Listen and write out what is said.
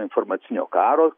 informacinio karo